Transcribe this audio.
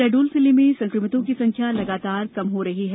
शहडोल जिले में संक्रमितों की संख्या लगातार कम हो रही है